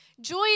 joy